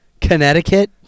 Connecticut